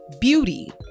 beauty